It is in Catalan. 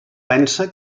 pensa